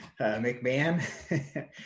McMahon